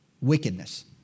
wickedness